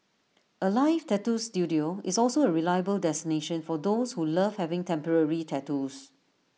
alive tattoo Studio is also A reliable destination for those who love having temporary tattoos